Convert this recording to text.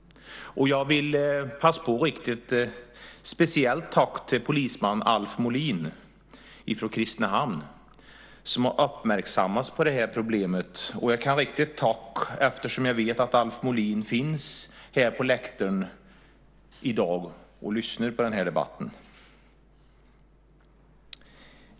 Jag vill passa på att rikta ett speciellt tack till polisman Alf Molin från Kristinehamn, som har uppmärksammat oss på detta problem. Jag kan rikta ett tack, eftersom jag vet att Alf Molin finns här på läktaren i dag och lyssnar på debatten.